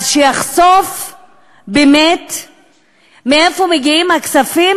אז שיחשוף באמת מאיפה מגיעים הכספים